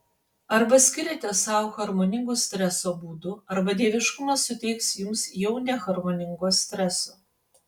arba skiriate sau harmoningų streso būdų arba dieviškumas suteiks jums jau neharmoningo streso